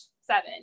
seven